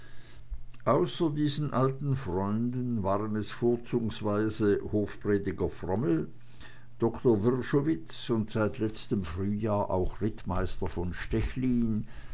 außer diesen alten freunden waren es vorzugsweise hofprediger frommel doktor wrschowitz und seit letztem frühjahr auch rittmeister von stechlin